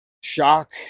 shock